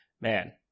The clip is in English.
man